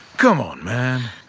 come on man!